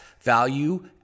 value